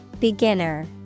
Beginner